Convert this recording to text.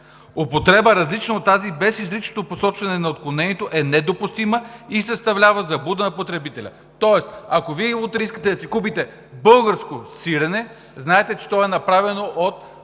Употреба, различна от тази, без изрично посочване на отклонението, е недопустима и съставлява заблуда на потребителя“. Тоест, ако Вие утре искате да си купите българско сирене, знаете, че то е направено от